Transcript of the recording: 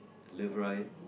live right